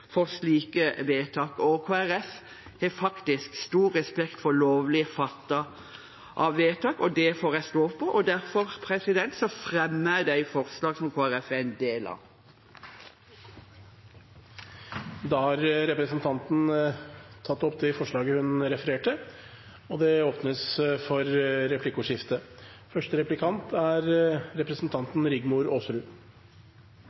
for slike vedtak, og Kristelig Folkeparti har faktisk stor respekt for lovlig fattede vedtak, og det får jeg stå på. Jeg fremmer det forslaget som Kristelig Folkeparti har. Representanten Torhild Bransdal har tatt opp det forslaget hun refererte til. Det blir replikkordskifte. Jeg er glad for at Kristelig Folkeparti slår fast at frivillighetslinjen skal gjelde. Jeg er